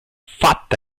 fatta